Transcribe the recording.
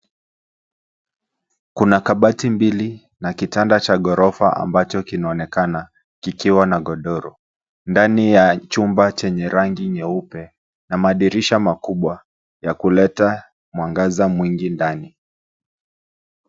Kuna kabati mbili na kitanda cha ghorofa ambacho kinaoneka kikiwa na godoro ndani ya chumba chenye rangi nyeupe na madirisha makubwa ya kuleta mwagaza mwingi ndani.